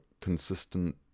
consistent